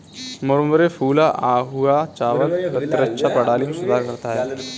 मुरमुरे फूला हुआ चावल प्रतिरक्षा प्रणाली में सुधार करता है